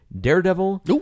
Daredevil